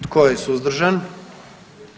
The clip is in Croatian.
Tko je suzdržan?